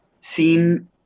seen